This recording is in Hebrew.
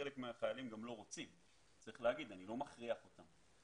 חלק מהחיילים גם לא רוצים ואני לא מכריח אותם.